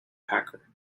packer